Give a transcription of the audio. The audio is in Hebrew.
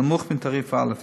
הנמוך מתעריף א'.